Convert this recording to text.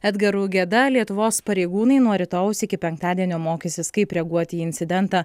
edgaru geda lietuvos pareigūnai nuo rytojaus iki penktadienio mokysis kaip reaguoti į incidentą